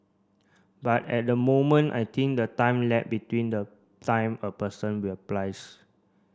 but at the moment I think the time lag between the time a person applies